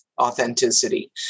authenticity